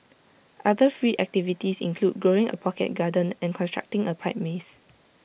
other free activities include growing A pocket garden and constructing A pipe maze